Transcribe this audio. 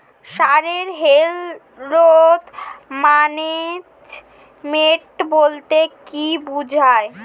Soil health management বলতে কি বুঝায়?